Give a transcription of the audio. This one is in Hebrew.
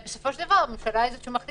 בסופו של דבר הממשלה היא זאת שמחליטה.